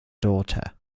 daughter